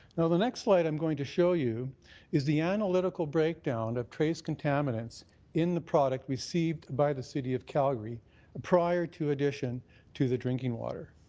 and the next slide i'm going to show you is the analytical breakdown of trace contaminants in the product received by the city of calgary prior to addition to the drinking water.